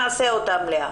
נעשה את זה לאט.